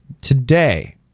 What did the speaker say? today